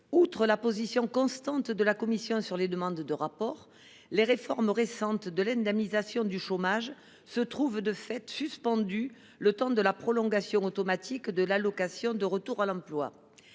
de la position constante de la commission sur les demandes de rapport, les réformes récentes de l’indemnisation du chômage se trouvent de fait suspendues le temps de la prolongation automatique de l’allocation de retour à l’emploi.